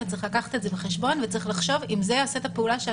וצריך לקחת את זה בחשבון וצריך לחשוב אם זה יעשה את הפעולה.